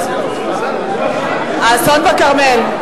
האסון בכרמל.